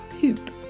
poop